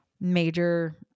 major